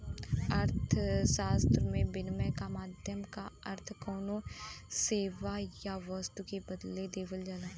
अर्थशास्त्र में, विनिमय क माध्यम क अर्थ कउनो सेवा या वस्तु के बदले देवल जाला